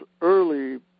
early